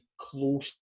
close